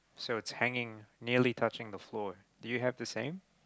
so it's hanging nearly touching the floor do you have the same